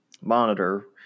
monitor